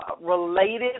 related